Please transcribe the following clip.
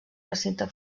recinte